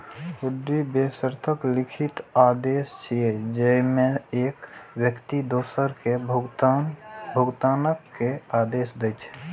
हुंडी बेशर्त लिखित आदेश छियै, जेइमे एक व्यक्ति दोसर कें भुगतान के आदेश दै छै